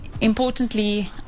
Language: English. importantly